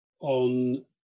on